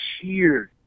cheered